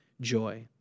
joy